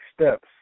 steps